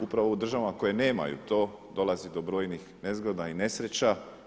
Upravo u državama koje nemaju to dolazi do brojnih nezgoda i nesreća.